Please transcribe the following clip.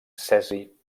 cesi